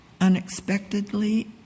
unexpectedly